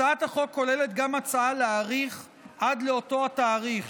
הצעת החוק כוללת גם הצעה להאריך עד לאותו התאריך,